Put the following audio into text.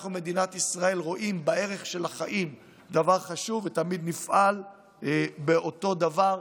אנחנו במדינת ישראל רואים בערך של החיים דבר חשוב ותמיד נפעל אותו דבר.